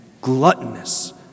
gluttonous